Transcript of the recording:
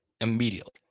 Immediately